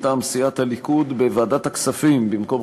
מטעם סיעת הליכוד: בוועדת הכספים,